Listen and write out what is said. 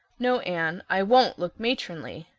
no, anne, i won't look matronly.